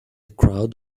crowd